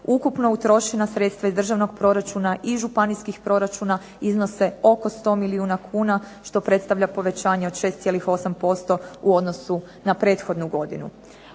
Ukupno utrošena sredstva iz državnog proračuna i županijskih proračuna iznose oko 100 milijuna kuna, što predstavlja povećanje od 6,8% u odnosu na prethodnu godinu.